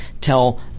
tell